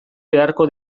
beharko